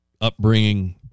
upbringing